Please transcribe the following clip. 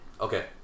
Okay